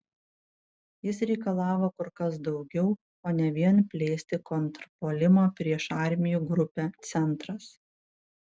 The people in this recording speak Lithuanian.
jis reikalavo kur kas daugiau o ne vien plėsti kontrpuolimą prieš armijų grupę centras